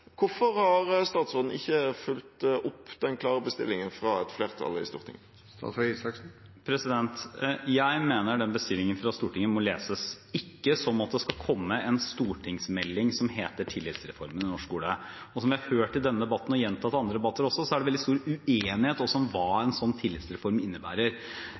Hvorfor har statsråden ikke fulgt opp den klare bestillingen fra et flertall i Stortinget? Jeg mener den bestillingen fra Stortinget må leses ikke som at det skal komme en stortingsmelding som heter «Tillitsreformen i norsk skole». Som vi har hørt i denne debatten og gjentatt i andre debatter, er det også stor uenighet om hva en sånn tillitsreform innebærer. Jeg oppfatter det som